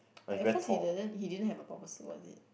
at first he doesn't he didn't have a proper suit was it